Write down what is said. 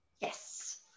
Yes